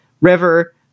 River